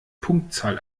punktzahl